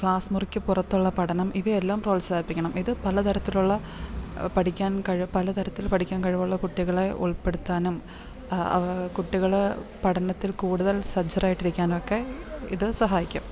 class മുറിക്കു പുറത്തുള്ള പഠനം ഇവയെല്ലാം പ്രോത്സാഹിപ്പിക്കണം ഇതു പലതരത്തിലുള്ള പഠിക്കാൻ പലതരത്തിൽ പഠിക്കാൻ കഴിവുള്ള കുട്ടികളെ ഉൾപ്പെടുത്താനും കുട്ടികളെ പഠനത്തിൽ കൂടുതൽ സജ്ജരായിട്ടിരിക്കാനൊക്കെ ഇതു സഹായിക്കും